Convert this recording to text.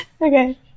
Okay